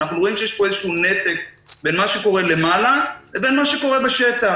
אנחנו רואים שיש איזה שהוא נתק בין מה שקורה למעלה לבין מה שקורה בשטח.